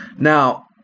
Now